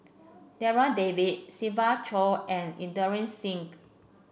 Darryl David Siva Choy and Inderjit Singh